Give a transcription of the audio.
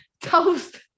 Toast